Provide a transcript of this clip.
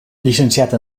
llicenciat